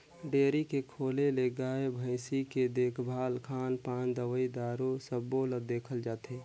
dairy के खोले ले गाय, भइसी के देखभाल, खान पान, दवई दारू सबो ल देखल जाथे